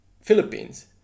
philippines